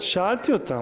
שאלתי אותם.